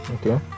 Okay